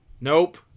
Nope